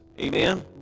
amen